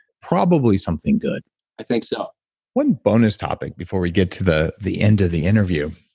probably something good i think so one bonus topic before we get to the the end of the interview,